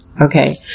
okay